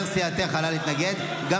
מה